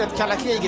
ah telecom.